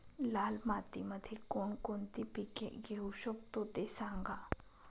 लाल मातीमध्ये कोणकोणती पिके घेऊ शकतो, ते सांगा